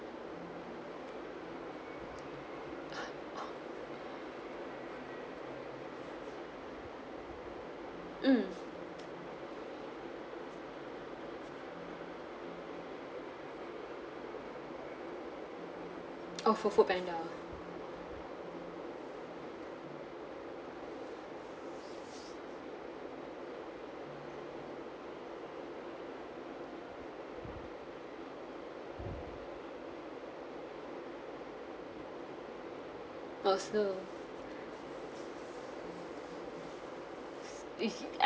mm oh for foodpanda personal if I